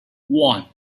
one